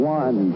one